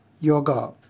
yoga